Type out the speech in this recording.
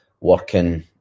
working